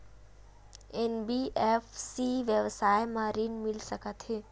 NBFC व्यवसाय मा ऋण मिल सकत हे